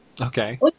Okay